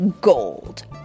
gold